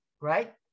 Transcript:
right